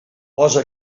posa